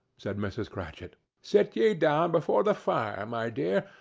said mrs. cratchit. sit ye down before the fire, my dear,